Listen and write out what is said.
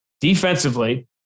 defensively